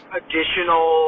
additional